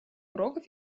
уроков